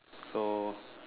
so